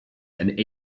and